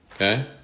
Okay